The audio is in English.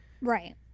Right